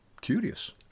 Curious